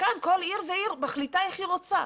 וכאן כל עיר ועיר מחליטה איך היא רוצה.